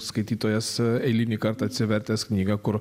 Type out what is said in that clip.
skaitytojas eilinį kartą atsivertęs knygą kur